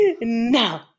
no